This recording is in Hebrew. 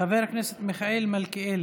חבר הכנסת מיכאל מלכיאלי.